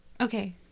Okay